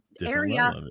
area